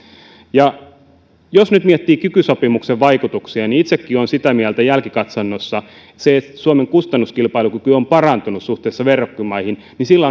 jos nyt miettii kiky sopimuksen vaikutuksia niin itsekin olen sitä mieltä jälkikatsannossa että suomen kustannuskilpailukyky on parantunut suhteessa verrokkimaihin ja sillä